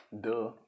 Duh